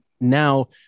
now